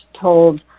told